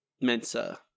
Mensa